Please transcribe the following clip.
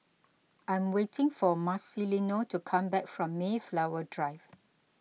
I am waiting for Marcelino to come back from Mayflower Drive